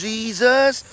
Jesus